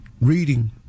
reading